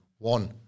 One